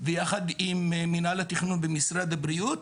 ויחד עם מינהל התכנון במשרד הבריאות,